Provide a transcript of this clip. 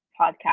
podcast